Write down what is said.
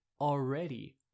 already